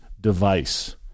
device